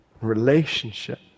Relationship